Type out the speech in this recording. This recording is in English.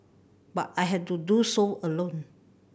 but I had to do so alone